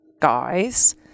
guys